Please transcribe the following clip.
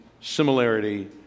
similarity